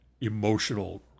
emotional